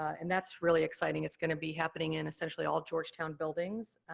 and that's really exciting, it's gonna be happening in, essentially, all georgetown buildings,